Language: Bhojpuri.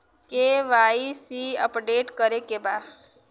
के.वाइ.सी अपडेट करे के बा?